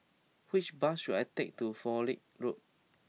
which bus should I take to Fowlie Road